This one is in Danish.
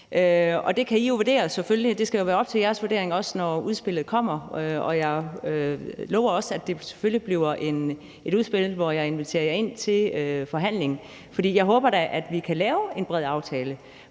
jo også være op til jeres vurdering, når udspillet kommer. Jeg lover også, at det selvfølgelig bliver et udspil, som jeg inviterer jer ind til forhandling om. Jeg håber da, at vi kan lave en bred aftale,